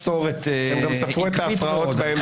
הם לא ספרו את ההפרעות באמצע.